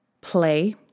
play